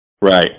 right